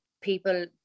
people